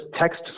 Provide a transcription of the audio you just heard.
text